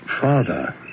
father